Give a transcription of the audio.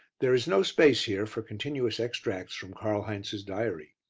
there is no space here for continuous extracts from karl heinz's diary.